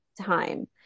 time